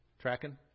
Tracking